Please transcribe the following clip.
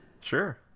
Sure